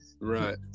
Right